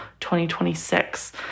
2026